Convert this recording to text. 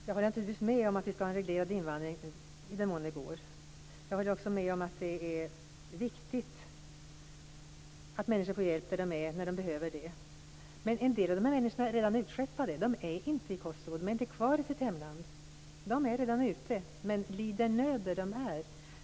Fru talman! Jag håller naturligtvis med om att vi skall ha en reglerad invandring, i den mån det går. Jag håller också med om att det är viktigt att människor får hjälp där de är när de behöver det. Men en del av dessa människor är redan utskeppade. De är inte i Kosovo. De är inte kvar i sitt hemland. De är redan ute, men lider nöd där de är.